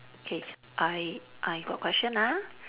K I I got question ah